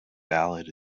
ballad